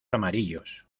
amarillos